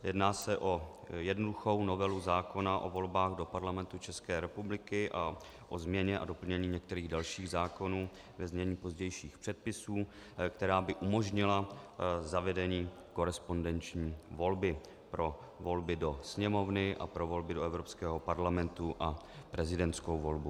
Jedná se o jednoduchou novelu zákona o volbách do Parlamentu České republiky a o změně a doplnění některých dalších zákonů, ve znění pozdějších předpisů, která by umožnila zavedení korespondenční volby pro volby do Sněmovny a pro volby do Evropského parlamentu a prezidentskou volbu.